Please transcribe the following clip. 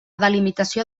delimitació